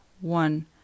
one